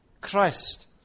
Christ